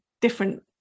different